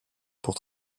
pour